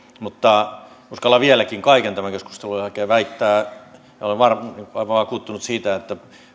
mutta uskallan vieläkin kaiken tämän keskustelun jälkeen väittää ja olen vakuuttunut siitä että